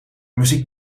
muziek